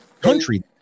country